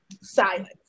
Silence